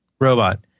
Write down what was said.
robot